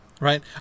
right